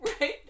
Right